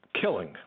killing